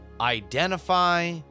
Identify